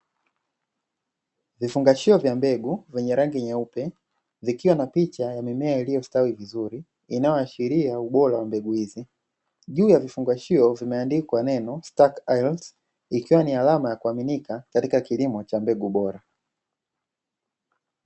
Vifungashio vya mbegu vyenye rangi nyeupe zikiwa na picha ya mimea iliyostawi vizuri, inayoashiria ubora wa mbegu hizi juu ya vifungashio vimeandikwa neno "stockiles" ikiwa ni alama ya kuaminika katika kilimo cha mbegu bora.